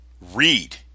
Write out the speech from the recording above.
read